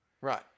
Right